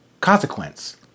consequence